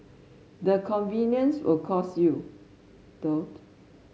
the convenience will cost you though